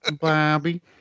Bobby